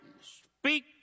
speak